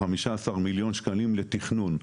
חמישה עשר מיליון שקלים לתכנון.